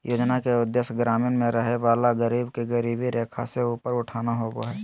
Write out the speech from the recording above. योजना के उदेश्य ग्रामीण में रहय वला गरीब के गरीबी रेखा से ऊपर उठाना होबो हइ